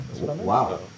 wow